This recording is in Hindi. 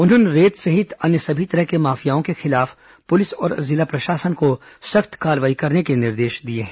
उन्होंने रेत सहित अन्य सभी तरह के माफियाओं के खिलाफ पुलिस और जिला प्रशासन को सख्त कार्रवाई करने के निर्देश दिए हैं